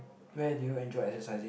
where do you enjoy exercising